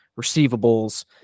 receivables